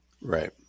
Right